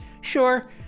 Sure